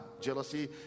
jealousy